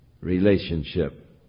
relationship